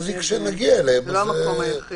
זה לא המקום היחיד.